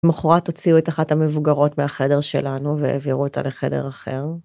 למחרת הוציאו את אחת המבוגרות מהחדר שלנו והעבירו אותה לחדר אחר.